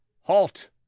halt